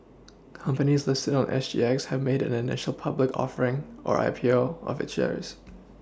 companies listed on S G X have made an an initial public offering or I P O of its shares